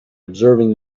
observing